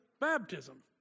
baptism